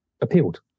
appealed